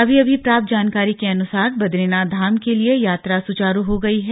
अभी अभी प्राप्त जानकारी के अनुसार बदरीनाथ धाम के लिए यात्रा सुचारू हो गई है